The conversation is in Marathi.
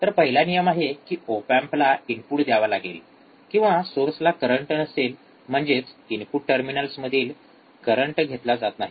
तर पहिला नियम आहे की ओप एम्पला इनपुट द्यावा लागेल किंवा सोर्सला करंट नसेल म्हणजेच इनपुट टर्मिनल्समधून करंट घेतला जात नाही